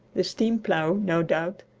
the steam-plough, no doubt,